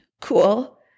cool